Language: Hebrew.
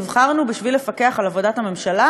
נבחרנו בשביל לפקח על עבודת הממשלה,